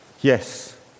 Yes